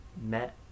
met